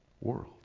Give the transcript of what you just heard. world